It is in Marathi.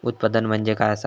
उत्पादन म्हणजे काय असा?